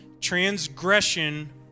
transgression